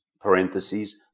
parentheses